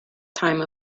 time